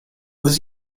was